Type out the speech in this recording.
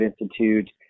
Institute